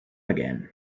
again